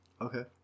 Okay